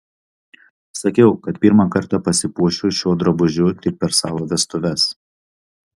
sakiau kad pirmą kartą pasipuošiu šiuo drabužiu tik per savo vestuves